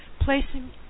placing